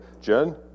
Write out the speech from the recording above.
Jen